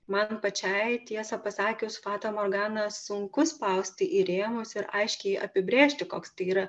man pačiai tiesą pasakius fatą morganą sunku spausti į rėmus ir aiškiai apibrėžti koks tai yra